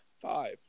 Five